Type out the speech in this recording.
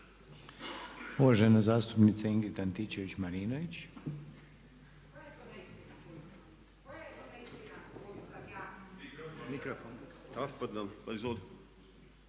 Uvažena zastupnica Ingrid Antičević-Marinović.